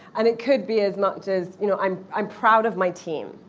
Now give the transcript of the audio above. and it could be as much as you know i'm i'm proud of my team.